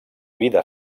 vida